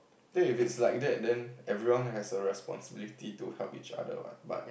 then if it's like that then everyone has a responsibility to help each other what but